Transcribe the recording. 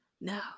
No